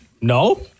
No